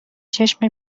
چشم